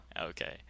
Okay